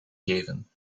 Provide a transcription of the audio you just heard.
geven